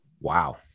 Wow